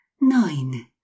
nine